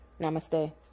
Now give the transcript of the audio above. Namaste